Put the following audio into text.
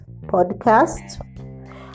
podcast